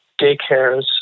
daycares